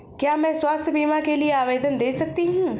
क्या मैं स्वास्थ्य बीमा के लिए आवेदन दे सकती हूँ?